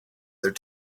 their